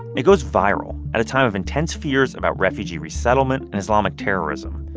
it goes viral at a time of intense fears about refugee resettlement and islamic terrorism.